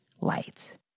light